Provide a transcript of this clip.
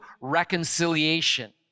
reconciliation